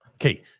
Okay